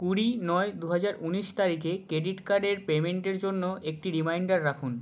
কুড়ি নয় দু হাজার উনিশ তারিখে ক্রেডিট কার্ডের পেমেন্টের জন্য একটি রিমাইন্ডার রাখুন